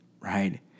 right